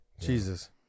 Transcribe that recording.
jesus